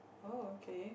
oh okay